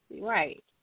right